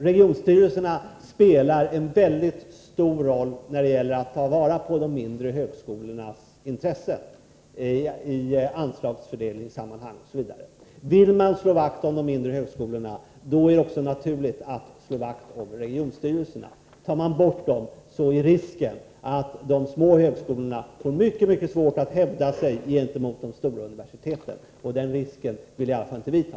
Regionstyrelserna spelar en väldigt stor roll när det gäller att ta vara på de mindre högskolornas intressen i anslagsfördelningssammani hang osv. Vill man slå vakt om de mindre högskolorna, är det också naturligt att slå vakt om regionstyrelserna. Tar man bort dessa är risken stor att de små högskolorna får mycket svårt att hävda sig gentemot de stora universiteten, och den risken vill i alla fall inte vi ta.